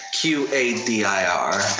q-a-d-i-r